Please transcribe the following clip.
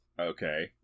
Okay